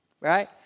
right